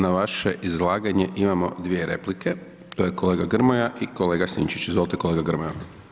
Na vaše izlaganje, imamo 2 replike, to je kolega Grmoja i kolega Sinčić, izvolite kolega Grmoja.